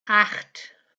acht